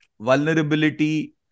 vulnerability